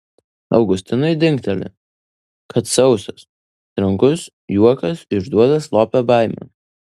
augustinui dingteli kad sausas trankus juokas išduoda slopią baimę